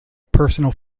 personal